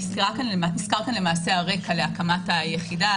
נסקר כאן הרקע להקמת היחידה.